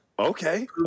Okay